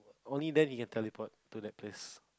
only then he can teleport to that place